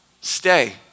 stay